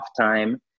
time